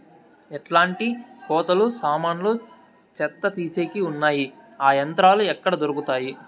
ఎట్లాంటి కోతలు సామాన్లు చెత్త తీసేకి వున్నాయి? ఆ యంత్రాలు ఎక్కడ దొరుకుతాయి?